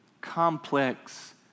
complex